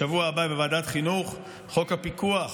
בשבוע הבא בוועדת חינוך, חוק הפיקוח